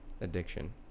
addiction